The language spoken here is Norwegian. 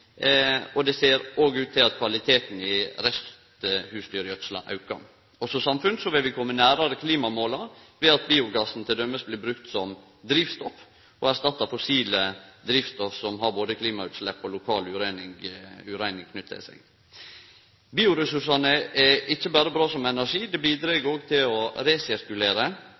og det ser òg ut til at kvaliteten i resthusdyrgjødsla aukar. Som samfunn vil vi kome nærare klimamåla ved at biogassen t.d. blir brukt som drivstoff og erstattar fossile drivstoff som har både klimautslepp og lokal ureining knytte til seg Bioressursane er ikkje bra berre som energi. Det bidreg òg til å resirkulere